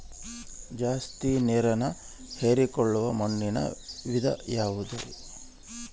ಜಾಸ್ತಿ ನೇರನ್ನ ಹೇರಿಕೊಳ್ಳೊ ಮಣ್ಣಿನ ವಿಧ ಯಾವುದುರಿ?